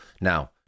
Now